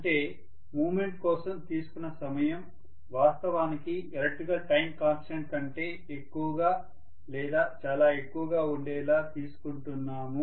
అంటే మూమెంట్ కోసం తీసుకున్న సమయం వాస్తవానికి ఎలక్ట్రికల్ టైమ్ కాన్స్టెంట్ కంటే ఎక్కువగా లేదా చాలా ఎక్కువగా ఉండేలా తీసుకుంటున్నాం